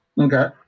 okay